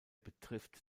betrifft